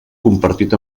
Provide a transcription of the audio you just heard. compartit